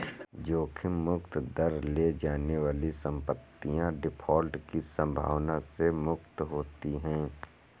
जोखिम मुक्त दर ले जाने वाली संपत्तियाँ डिफ़ॉल्ट की संभावना से मुक्त होती हैं